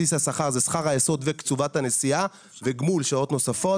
בסיס השכר הוא שכר היסוד וקצובת הנסיעה וגמול שעות נוספות.